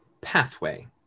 pathway